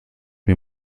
mir